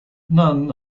none